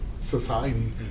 society